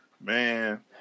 man